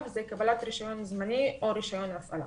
זה קבלת רישיון זמני או רישיון הפעלה.